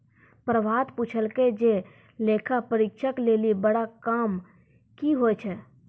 प्रभात पुछलकै जे लेखा परीक्षक लेली बड़ा काम कि होय छै?